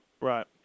Right